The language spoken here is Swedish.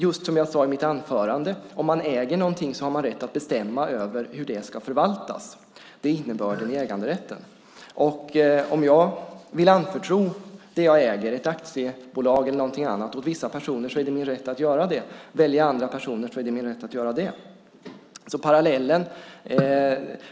Just som jag sade i mitt anförande: Om man äger något har man rätt att bestämma över hur det ska förvaltas. Det är innebörden i äganderätten. Om jag vill anförtro det jag äger, ett aktiebolag eller någonting annat, till vissa personer är det min rätt att göra det. Väljer jag andra personer är det min rätt att göra det.